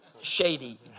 shady